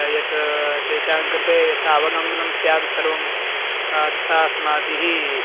यत् तेषां कृते यथा अवगमनं स्यात् सर्वं तथा अस्माभिः